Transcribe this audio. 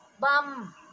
Bum